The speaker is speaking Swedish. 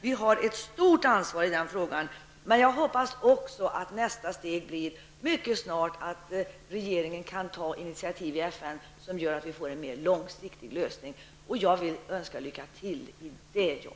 Vi har ett stort ansvar i den frågan. Men jag hoppas också att nästa steg mycket snart blir att regeringen kan ta initiativ i FN så att vi får en mera långsiktig lösning. Jag vill önska lycka till med det arbetet.